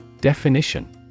Definition